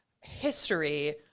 history